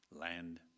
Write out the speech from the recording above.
land